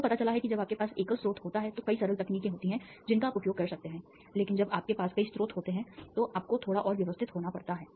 यह पता चला है कि जब आपके पास एकल स्रोत होता है तो कई सरल तकनीकें होती हैं जिनका आप उपयोग कर सकते हैं लेकिन जब आपके पास कई स्रोत होते हैं तो आपको थोड़ा और व्यवस्थित होना पड़ता है